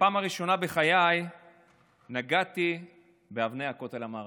ובפעם הראשונה בחיי נגעתי באבני הכותל המערבי.